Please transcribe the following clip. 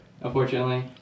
unfortunately